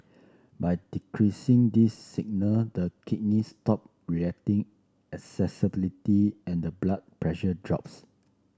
by decreasing these signal the kidneys stop reacting excessively and the blood pressure drops